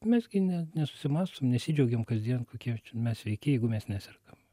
mes gi ne nesusimąstom nesidžiaugiam kasdien kokie mes sveiki jeigu mes nesergam